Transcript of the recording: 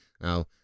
Now